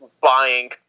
buying